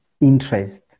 interest